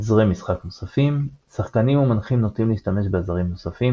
עזרי משחק נוספים שחקנים ומנחים נוטים להשתמש בעזרים נוספים,